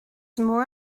mór